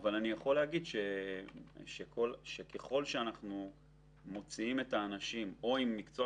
אני יכול להגיד שככל שאנחנו מוציאים את האנשים עם מקצוע